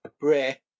Bray